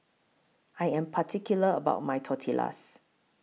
I Am particular about My Tortillas